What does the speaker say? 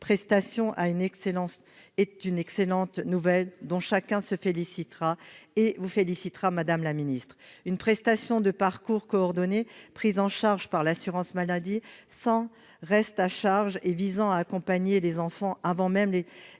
prestation est une excellente nouvelle, dont chacun se félicitera et vous félicitera, madame la ministre ; une prestation de parcours coordonné, prise en charge par l'assurance maladie sans reste à charge et visant à accompagner les enfants avant même